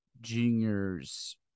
Junior's